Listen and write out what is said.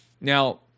Now